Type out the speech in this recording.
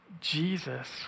Jesus